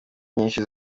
nyinshi